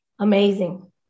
Amazing